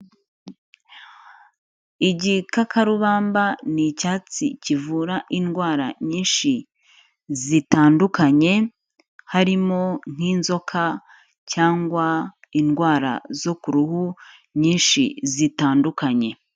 Igikakarubamba ni icyatsi kivura indwara nyinshi zitandukanye, harimo nk'inzoka cyangwa indwara zo ku ruhu nyinshi zitandukanye.